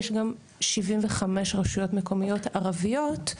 יש גם 75 רשויות מקומיות ערביות,